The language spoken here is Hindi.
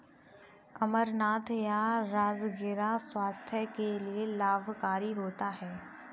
अमरनाथ या राजगिरा स्वास्थ्य के लिए लाभकारी होता है